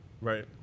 Right